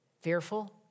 fearful